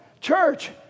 church